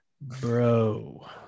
Bro